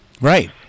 Right